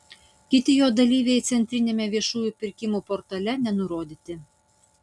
kiti jo dalyviai centriniame viešųjų pirkimų portale nenurodyti